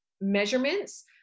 measurements